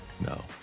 No